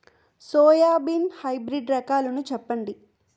Soybean hybrid రకాలను చెప్పండి?